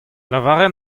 lavaret